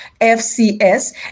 FCS